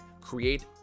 Create